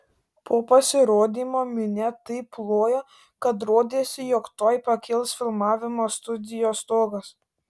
po pasirodymo minia taip plojo kad rodėsi jog tuoj pakils filmavimo studijos stogas